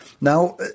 Now